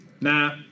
Nah